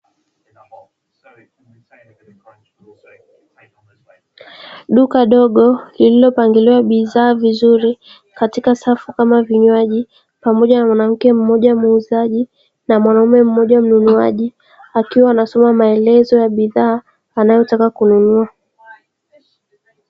Duka dogo lililopangiliwa bidhaa vizuri katika safu kama vinywaji pamoja na mwanamke mmoja muuzaji na mwanaume mmoja mnunuaji akiwa anasoma maelezo ya bidhaa anayotaka kununua.